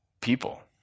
people